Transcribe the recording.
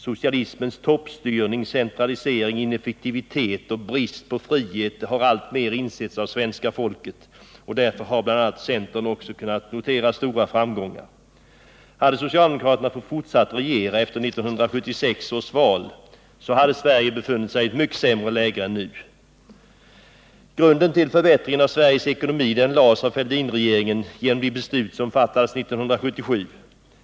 Socialismens toppstyrning, centralisering, ineffektivitet och brist på frihet har alltmer insetts av svenska folket, och därför har bl.a. centern kunnat notera stora framgångar. Hade socialdemokraterna fått fortsätta regera efter 1976 års val, hade Sverige befunnit sig i ett mycket sämre läge än nu. Grunden till förbättringen av Sveriges ekonomi lades av Fälldinregeringen genom de beslut som fattades 1977.